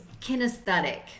kinesthetic